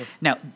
Now